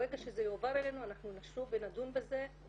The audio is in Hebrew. ברגע שזה יועבר אלינו אנחנו נשוב ונדון בזה.